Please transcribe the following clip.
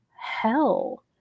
hell